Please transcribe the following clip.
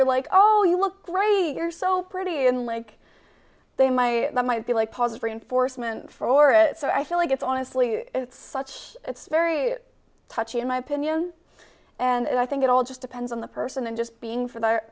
feel like oh you look great you're so pretty and like they my that might be like positive reinforcement for it so i feel like it's honestly it's such it's very touchy in my opinion and i think it all just depends on the person and just being for they're